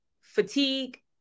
fatigue